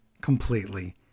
completely